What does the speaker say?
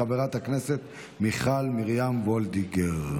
חברת הכנסת מיכל מרים וולדיגר.